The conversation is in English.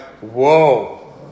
whoa